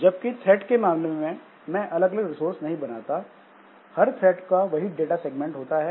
जबकि थ्रेड के मामले में मैं अलग अलग रिसोर्स नहीं बनाता हर थ्रेड का वही डाटा सेगमेंट होता है